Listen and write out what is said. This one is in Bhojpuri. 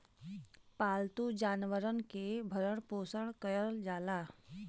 पालतू जानवरन के भरण पोसन करल जाला